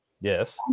Yes